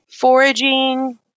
foraging